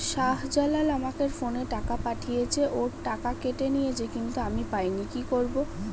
শাহ্জালাল আমাকে ফোনে টাকা পাঠিয়েছে, ওর টাকা কেটে নিয়েছে কিন্তু আমি পাইনি, কি করব?